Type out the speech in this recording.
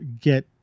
get